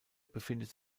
befindet